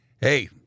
hey